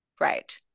Right